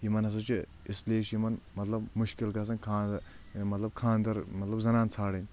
یِمن ہسا چھِ اس لیے چھِ یِمن مطلب مُشکِل گژھان خاندر مطلب خاندر مطلب زنان ژھانڈٕنۍ